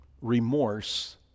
remorse